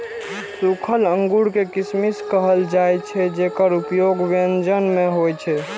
सूखल अंगूर कें किशमिश कहल जाइ छै, जेकर उपयोग व्यंजन मे होइ छै